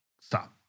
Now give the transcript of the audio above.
Stop